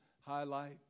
highlight